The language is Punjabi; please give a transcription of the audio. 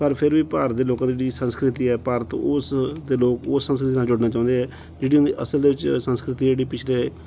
ਪਰ ਫਿਰ ਵੀ ਭਾਰਤ ਦੇ ਲੋਕਾਂ ਦੀ ਜਿਹੜੀ ਸੰਸਕ੍ਰਿਤੀ ਹੈ ਭਾਰਤ ਉਸ ਦੇ ਲੋਕ ਉਸ ਸੰਸਕ੍ਰਿਤੀ ਦੇ ਨਾਲ ਜੁੜਨਾ ਚਾਹੁੰਦੇ ਆ ਜਿਹੜੀ ਉਹਨਾਂ ਦੀ ਅਸਲ ਦੇ ਵਿੱਚ ਸੰਸਕ੍ਰਿਤੀ ਜਿਹੜੀ ਪਿਛਲੇ